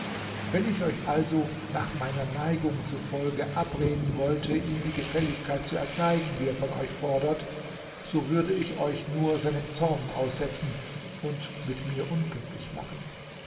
wenn ich euch also auch meiner neigung zufolge abreden wollte ihm die gefälligkeit zu erzeigen die er von euch fordert so würde ich euch nur seinem zorn aussetzen und mit mir unglücklich machen